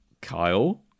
Kyle